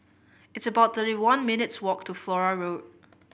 it's about thirty one minutes' walk to Flora Road